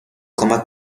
کمک